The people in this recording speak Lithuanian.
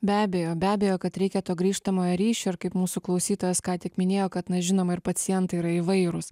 be abejo be abejo kad reikia to grįžtamojo ryšio ir kaip mūsų klausytojas ką tik minėjo kad na žinoma ir pacientai yra įvairūs